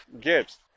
Gibbs